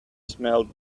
smelled